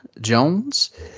Jones